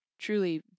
truly